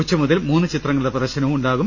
ഉച്ച മുതൽ മൂന്ന് ചിത്രങ്ങളുടെ പ്രദർശനവും ഉണ്ടാകും